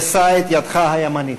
ושא את ידך הימנית.